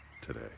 today